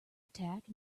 attack